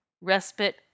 respite